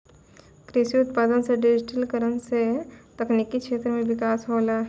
कृषि उत्पादन मे डिजिटिकरण से तकनिकी क्षेत्र मे बिकास होलै